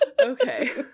okay